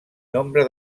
nombre